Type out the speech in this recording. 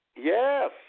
Yes